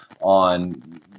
on